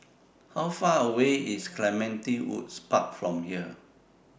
How Far away IS Clementi Woods Park from here